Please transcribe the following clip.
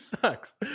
sucks